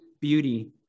beauty